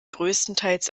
größtenteils